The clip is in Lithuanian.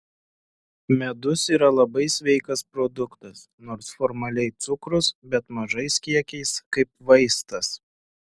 medus yra labai sveikas produktas nors formaliai cukrus bet mažais kiekiais kaip vaistas